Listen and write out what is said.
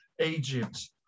Egypt